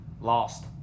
Lost